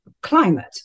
climate